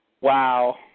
Wow